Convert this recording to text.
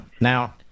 Now